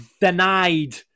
denied